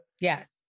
Yes